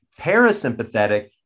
Parasympathetic